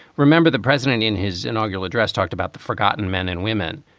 remember, the president in his inaugural address talked about the forgotten men and women.